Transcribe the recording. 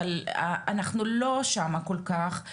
אבל אנחנו לא שם כל כך.